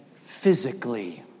physically